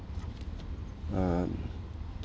um